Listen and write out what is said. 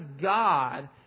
God